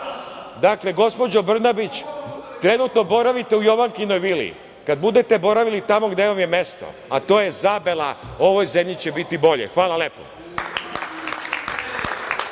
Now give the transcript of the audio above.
žaba. Dakle, gospođo Brnabić, trenutno boravite u Jovankinoj vili, kada budete boravili tamo gde vam je mesto, a to je Zabela, ovoj zemlji će biti bolje. Hvala lepo.